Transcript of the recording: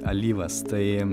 alyvas tai